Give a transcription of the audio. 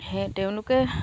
সেয়ে তেওঁলোকে